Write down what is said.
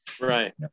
Right